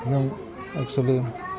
जों एकसुलि